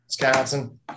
Wisconsin